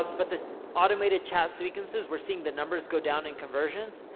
ah but the automated chat sequences, we're seeing the numbers go down in conversion.